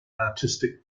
artistic